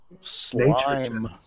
Slime